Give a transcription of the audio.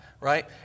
right